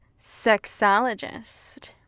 sexologist